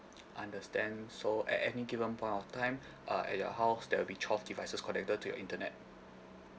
understand so at any given point of time uh at your house there will be twelve devices connected to your internet